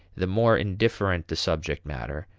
the more indifferent the subject matter,